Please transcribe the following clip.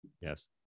Yes